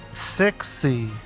Sexy